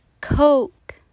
coke